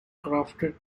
crafted